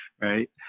right